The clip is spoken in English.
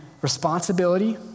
responsibility